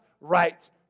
right